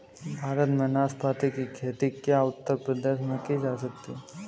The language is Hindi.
भारत में नाशपाती की खेती क्या उत्तर प्रदेश में की जा सकती है?